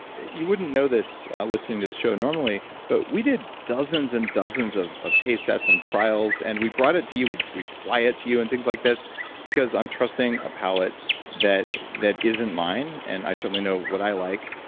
you wouldn't know this listening to this show, normally, but we did dozens and dozens of of taste tests and trials and we brought it to you, we we fly it to you and things like this because i'm trusting a pallette that that isn't mine and i certainly know what i like,